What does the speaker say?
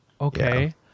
Okay